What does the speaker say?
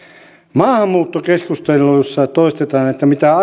maahanmuuttokeskustelussa toistetaan että mitä